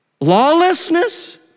lawlessness